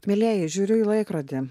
mielieji žiūriu į laikrodį